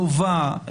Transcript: טובה,